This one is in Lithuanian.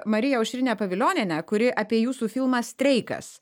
mariją aušrinę pavilionienę kuri apie jūsų filmą streikas